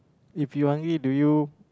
if you hungry do you